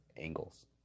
angles